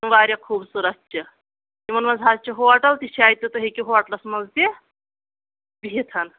واریاہ خوٗبصوٗرت تہِ تِمَن منٛز حظ چھِ ہوٹَل تہِ اَتہِ تُہۍ ہٮ۪کِو ہوٹلَس منٛز تہِ بِہِتھ